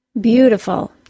Beautiful